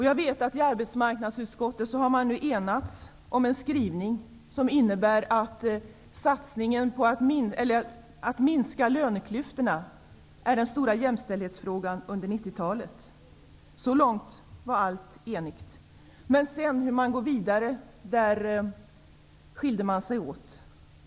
Jag vet att man i arbetsmarknadsutskottet nu har enats om en skrivning som innebär att satsningen på att minska löneklyftorna är den stora jämställdhetsfrågan under 90-talet. Så långt var man enig. Men när det gällde frågan hur man skall gå vidare skilde man sig åt.